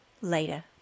later